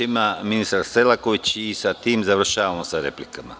Reč ima ministar Selaković i sa tim završavamo sa replikama.